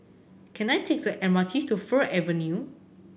can I take the M R T to Fir Avenue